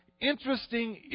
Interesting